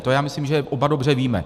To já myslím, že oba dobře víme.